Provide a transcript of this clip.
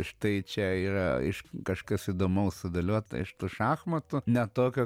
štai čia yra iš kažkas įdomaus sudėliota iš tų šachmatų ne tokio